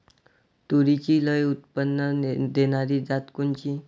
तूरीची लई उत्पन्न देणारी जात कोनची?